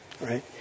right